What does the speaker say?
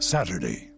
Saturday